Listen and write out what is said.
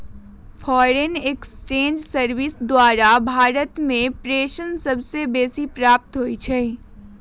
foreign exchange service द्वारा भारत में प्रेषण सबसे बेसी प्राप्त होई छै